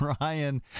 Ryan